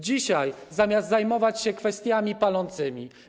Dzisiaj, zamiast zajmować się kwestiami palącymi.